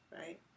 right